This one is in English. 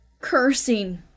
cursing